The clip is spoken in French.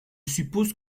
suppose